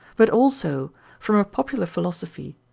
but also from a popular philosophy,